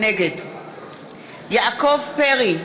נגד יעקב פרי,